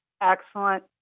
excellent